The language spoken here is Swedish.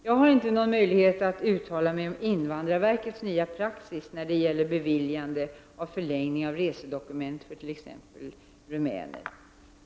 Jag har inte någon möjlighet att uttala mig om invandrarverkets nya praxis när det gäller beviljande av förlängning av resedokumentet för t.ex. rumäner.